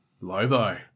Lobo